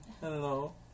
Hello